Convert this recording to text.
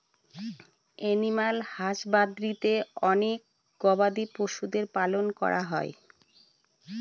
animal হাসবাদরীতে অনেক গবাদি পশুদের পালন করা হয়